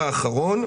מה הם?